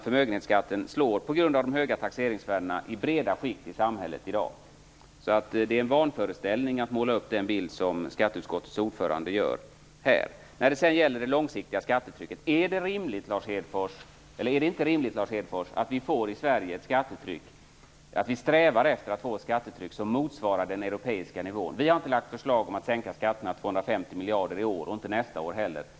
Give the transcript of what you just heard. Förmögenhetsskatten slår på grund av de höga taxeringsvärdena i breda skikt i samhället i dag. Det är en vanföreställning att måla upp den bild som skatteutskottets ordförande gör här. När det sedan gäller det långsiktiga skattetrycket, vill jag fråga: Är det inte rimligt, Lars Hedfors, att vi i Sverige strävar efter att få ett skattetryck som motsvarar den europeiska nivån? Vi har inte lagt fram förslag om att sänka skatterna med 250 miljarder kronor i år och inte nästa år heller.